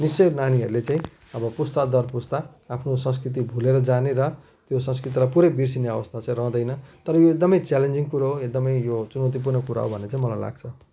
निश्चय नानीहरूले चाहिँ अब पुस्ता दर पुस्ता आफ्नो संस्कृति भुलेर जाने र त्यो संस्कृतिलाई पुरै बिर्सिने अवस्था चाहिँ रहँदैन तर यो एकदमै च्यालेन्जिङ कुरो हो एकदमै यो चुनौतीपूर्ण कुरा हो भन्ने चाहिँ मलाई लाग्छ